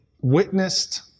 witnessed